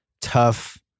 tough